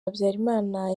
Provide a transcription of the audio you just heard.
habyarimana